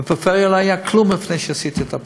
בפריפריה לא היה כלום לפני שעשיתי.